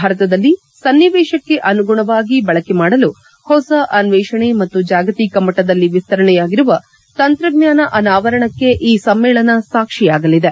ಭಾರತದಲ್ಲಿ ಸನ್ನಿವೇಶಕ್ಕೆ ಅನುಗುಣವಾಗಿ ಬಳಕೆ ಮಾಡಲು ಹೊಸ ಅನ್ವೇಷಣೆ ಮತ್ತು ಜಾಗತಿಕ ಮಟ್ಟದಲ್ಲಿ ವಿಸ್ತರಣೆಯಾಗಿರುವ ತಂತ್ರಜ್ಞಾನ ಅನಾವರಣಕ್ಕೆ ಈ ಸಮ್ಮೇಳನ ಸಾಕ್ಷಿಯಾಗಲಿದೆ